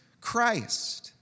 Christ